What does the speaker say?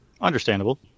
Understandable